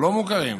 הלא-מוכרים.